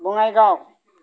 Bongaigaon